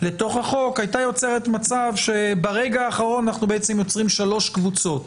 לתותך החוק הייתה יוצרת מצב שברגע האחרון אנחנו יוצרים שלוש קבוצות: